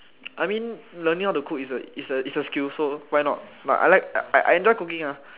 I mean learning how to cook is a is a is a skill so why not like I like I I enjoy cooking ah